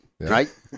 right